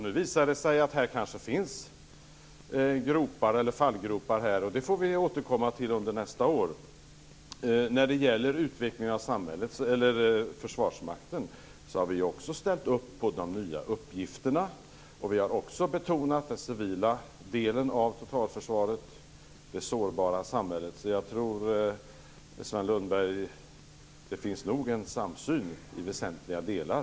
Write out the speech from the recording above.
Nu visar det sig att det kanske finns fallgropar här, och det får vi återkomma till under nästa år. När det gäller utvecklingen av Försvarsmakten så har vi också ställt upp på de nya uppgifterna. Vi har också betonat den civila delen av totalförsvaret, det sårbara samhället. Så jag tror nog, Sven Lundberg, att det finns en samsyn i väsentliga delar.